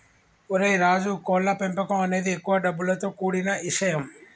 ఓరై రాజు కోళ్ల పెంపకం అనేది ఎక్కువ డబ్బులతో కూడిన ఇషయం